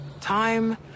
Time